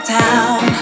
town